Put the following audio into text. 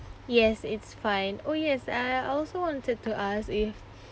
yes it's fine oh yes I also wanted to ask if